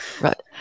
right